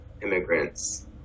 immigrants